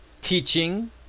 Teaching